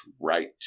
right